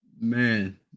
Man